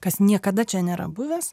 kas niekada čia nėra buvęs